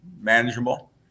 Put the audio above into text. manageable